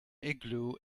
igloo